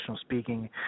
speaking